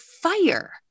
fire